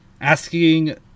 asking